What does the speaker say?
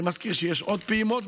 אני מזכיר שיש עוד פעימות,